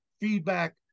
feedback